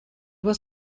was